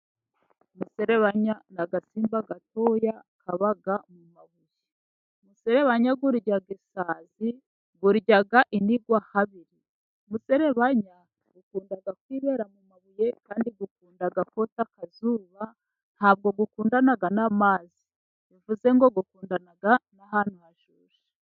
Umuserebanya ni agasimba gato kaba mu mabuye, umusebanya urya isazi, urya inigwa ahabiri, muserebanya ukunda kwibera mu mabuye, kandi ukunda kota kazuba, ntabwo gukundana n'amazi, bivuze ngo ukundana na'hantu hashyushye.